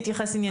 תתייחס עניינית.